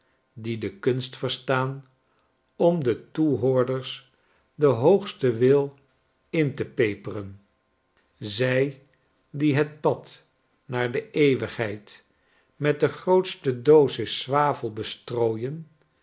die de kunst verstaan om detoehoorders den hoogsten wil in te peperen zy die het pad naar de eeuwigheid met de grootste dosis zwavel bestrooien